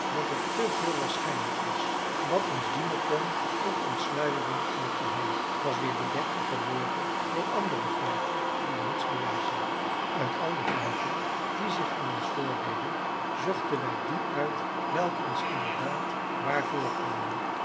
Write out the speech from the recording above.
dat er te veel waarschijnlijks was wat ons dienen kon tot ontsluiering van het geheim was weer bedekt en verborgen door andere feiten die niets bewijzen uit al de feiten die zich aan ons voordeden zochten wij die uit welke ons inderdaad